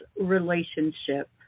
relationship